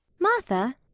Martha